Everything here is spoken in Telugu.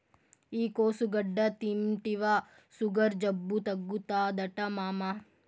ఈ కోసుగడ్డ తింటివా సుగర్ జబ్బు తగ్గుతాదట మామా